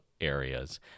areas